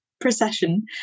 procession